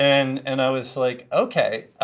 and and i was like, ok.